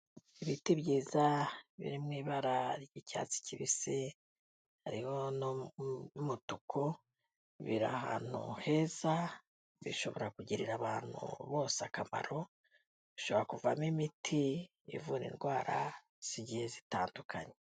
Ibiti byiza biri mu ibara ry'icyatsi kibisi, hariho n'umutuku biri ahantu heza, bishobora kugirira abantu bose akamaro, bishobora kuvamo imiti ivura indwara z'igiye zitandukanye.